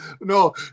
No